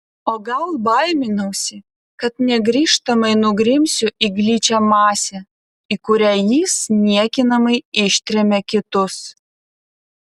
o gal baiminausi kad negrįžtamai nugrimsiu į gličią masę į kurią jis niekinamai ištrėmė kitus